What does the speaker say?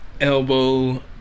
elbow